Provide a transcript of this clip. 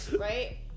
Right